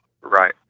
Right